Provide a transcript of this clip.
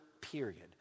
period